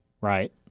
Right